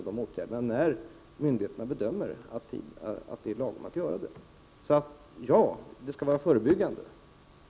Jag vill svara ja på Maggi Mikaelssons fråga om man skall vidta förebyggande åtgärder.